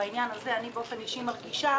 בעניין הזה אני באופן אישי מרגישה,